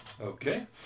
Okay